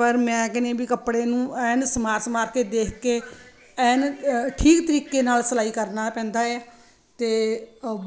ਪਰ ਮੈਂ ਕਹਿੰਦੀ ਵੀ ਕੱਪੜੇ ਨੂੰ ਐਨ ਸਮਾਰ ਸਮਾਰ ਕੇ ਦੇਖ ਕੇ ਐਨ ਠੀਕ ਤਰੀਕੇ ਨਾਲ ਸਿਲਾਈ ਕਰਨਾ ਪੈਂਦਾ ਹੈ ਅਤੇ